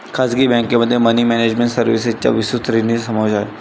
खासगी बँकेमध्ये money management सर्व्हिसेसच्या विस्तृत श्रेणीचा समावेश आहे